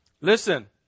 Listen